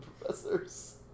professors